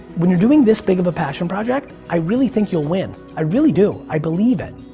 when you're doing this big of a passion project, i really think you'll win, i really do. i believe it.